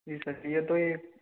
जी sir या तो ये